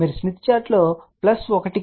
మీరు స్మిత్ చార్టులో ప్లస్ 1 కాదు j 1